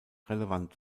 relevant